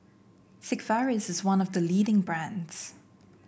Sigvaris is one of the leading brands